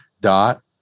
dot